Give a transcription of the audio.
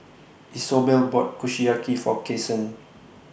Isobel bought Kushiyaki For Kason